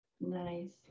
nice